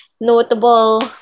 notable